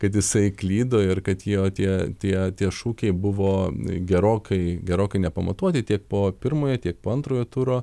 kad jisai klydo ir kad jo tie tie tie šūkiai buvo gerokai gerokai nepamatuoti tiek po pirmojo tiek po antrojo turo